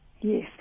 Yes